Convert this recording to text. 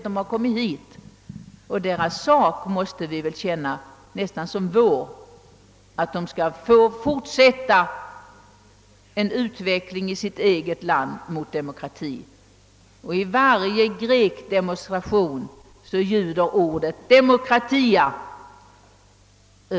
Vi bör emellertid se deras sak som vår egen och hoppas att utvecklingen mot demokrati skall få möjligheter i deras eget land. I varje grekdemonstration ljuder ordet »demokratia».